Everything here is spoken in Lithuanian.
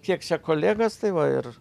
kiek šie kolegos tai va ir